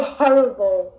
horrible